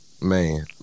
Man